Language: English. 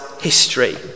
history